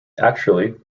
actually